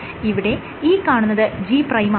ഇവിടെ ഈ കാണുന്നത് G' ആണ്